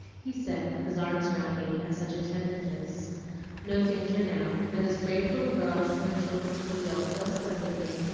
he said, with his arms round me, and such a tender kiss no danger now, for this brave little girl put her shoulder to the wheel so splendidly,